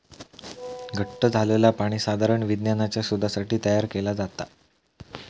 घट्ट झालंला पाणी साधारण विज्ञानाच्या शोधासाठी तयार केला जाता